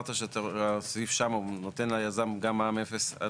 אמרת שהסעיף שם נותן ליזם מע"מ אפס.